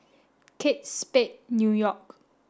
Kate Spade New York